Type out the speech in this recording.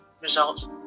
results